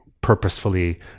purposefully